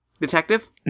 detective